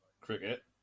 Cricket